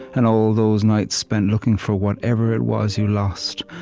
and all those nights spent looking for whatever it was you lost,